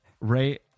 Ray